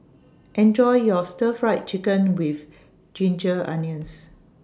Enjoy your Stir Fried Chicken with Ginger Onions